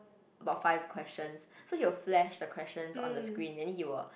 about fix questions so he will flash the questions on the screen and then he will